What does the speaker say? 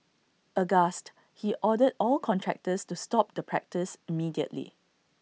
aghast he ordered all contractors to stop the practice immediately